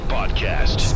Podcast